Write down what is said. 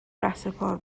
رهسپار